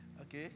Okay